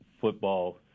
football